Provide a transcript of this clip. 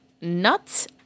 nuts